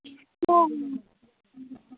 हो